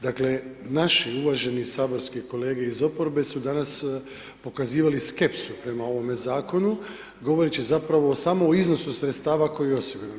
Dakle, naši uvaženi saborski kolege iz oporbe su danas pokazivali skepsu prema ovome Zakonu govoreći zapravo samo o iznosu sredstva koji je osiguran.